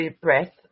breath